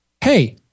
hey